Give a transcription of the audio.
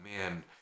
man